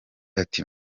ati